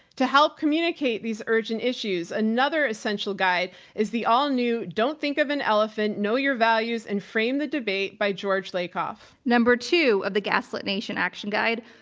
to help communicate these urgent issues, another essential guide is the all new don't think of an elephant. know your values and frame the debate by george lakoff. number two of the gaslit nation action guide.